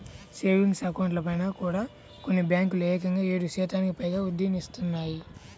savings అకౌంట్లపైన కూడా కొన్ని బ్యేంకులు ఏకంగా ఏడు శాతానికి పైగా వడ్డీనిత్తన్నాయి